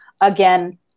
again